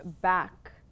back